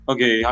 Okay